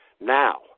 now